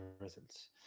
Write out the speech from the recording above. results